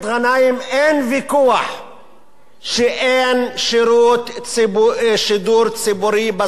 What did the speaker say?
אין ויכוח שאין שירות שידור ציבורי בשפה הערבית.